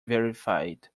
verified